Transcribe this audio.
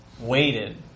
waited